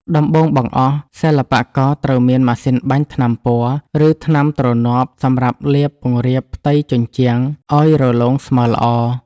ដំបូងបង្អស់ សិល្បករត្រូវមានម៉ាស៊ីនបាញ់ថ្នាំពណ៌ ឬថ្នាំទ្រនាប់សម្រាប់លាបពង្រាបផ្ទៃជញ្ជាំងឱ្យរលោងស្មើល្អ។